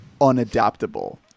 unadaptable